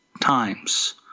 times